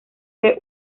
fue